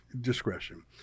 discretion